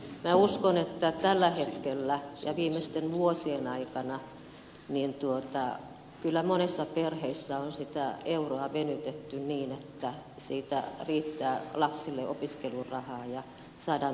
minä uskon että tällä hetkellä ja viimeisten vuosien aikana kyllä monissa perheissä on sitä euroa venytetty niin että siitä riittää lapsille opiskelurahaa ja saadaan pidettyä perhe ruuassa